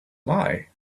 lie